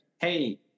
hey